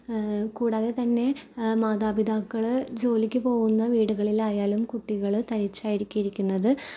കൂടാതെ തന്നെ മാതാപിതാക്കൾ ജോലിക്ക് പോകുന്ന വീടുകളിലായാലും കുട്ടികൾ തനിച്ചായിരിക്കും ഇരിക്കുന്നത്